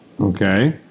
okay